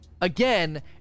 again